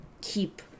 keep